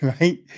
right